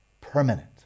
permanent